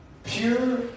Pure